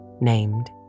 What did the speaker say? named